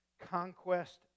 conquest